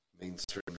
mainstream